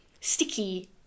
sticky